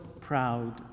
proud